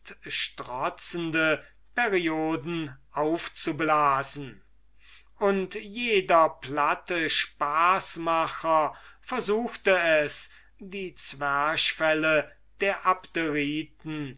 strotzende perioden aufzublasen und jeder platte spaßmacher versuchte es die zwerchfelle der